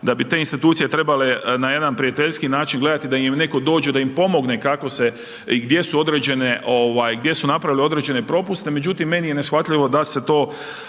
da bi te institucije trebale na jedan prijateljski način gledati da im netko dođe, da im pomogne kako se i gdje su određene ovaj gdje su napravile određene propuste, međutim meni je neshvatljivo da se to,